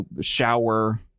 shower